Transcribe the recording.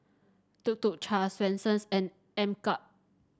Tuk Tuk Cha Swensens and MKUP